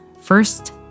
First